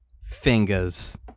fingers